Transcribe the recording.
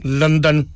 London